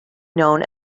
known